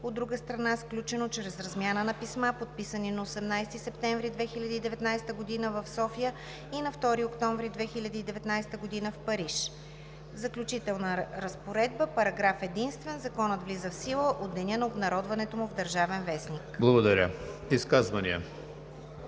от друга страна, сключено чрез размяна на писма, подписани на 18 септември 2019 г. в София и на 2 октомври 2019 г. в Париж. Заключителна разпоредба Параграф единствен. Законът влиза в сила от деня на обнародването му в „Държавен вестник“.“